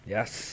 Yes